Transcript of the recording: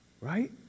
right